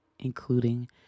including